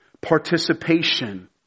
participation